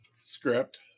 script